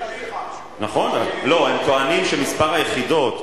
הם טוענים שמספר היחידות,